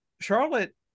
Charlotte